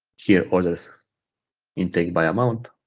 here, orders intake by amount,